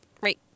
Right